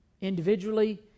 individually